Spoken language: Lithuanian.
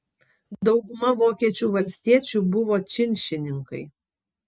dauguma vokiečių valstiečių buvo činšininkai